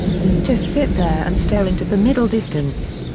you just sit there and stare into the middle distance.